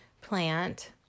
plant